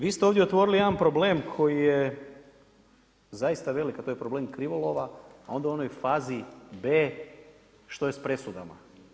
Vi ste ovdje otvorili jedan problem koji je zaista velik, a to je problem krivolova, a onda u onoj fazi B što je s presudama?